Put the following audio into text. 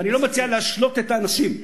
ואני לא מציע להשלות את האנשים.